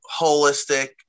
holistic